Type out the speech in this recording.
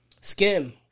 Skim